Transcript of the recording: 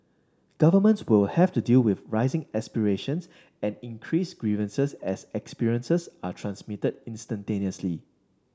governments will have to deal with rising aspirations and increased grievances as experiences are transmitted instantaneously